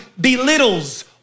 belittles